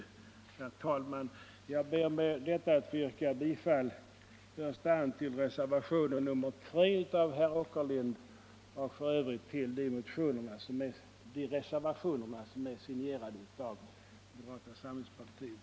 Herr talman! Jag ber med detta att få yrka bifall, i första hand till reservationen 3 av herr Åkerlind och för övrigt till de reservationer som är signerade av moderata samlingspartiets ledamöter i utskottet.